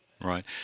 Right